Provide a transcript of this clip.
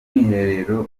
mwiherero